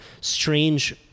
strange